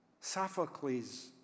Sophocles